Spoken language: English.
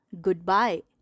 goodbye